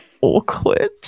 awkward